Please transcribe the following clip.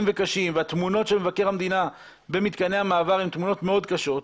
וקשים והתמונות של מבקר המדינה ממתקני המעבר הן תמונות מאוד קשות,